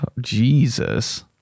Jesus